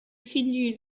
king